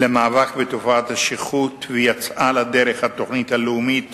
למאבק בתופעת השכרות, ויצאה לדרך התוכנית הלאומית